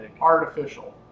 artificial